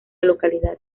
localidad